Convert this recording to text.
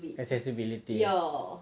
accessibility